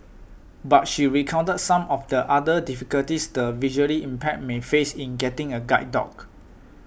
but she recounted some of the other difficulties the visually impaired may face in getting a guide dog